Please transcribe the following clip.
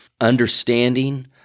Understanding